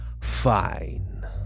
Fine